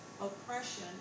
oppression